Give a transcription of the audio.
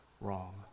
wrong